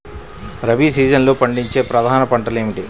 రబీ సీజన్లో పండించే ప్రధాన పంటలు ఏమిటీ?